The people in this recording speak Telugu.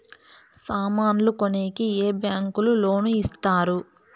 సామాన్లు కొనేకి ఏ బ్యాంకులు లోను ఇస్తారు?